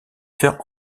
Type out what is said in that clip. faire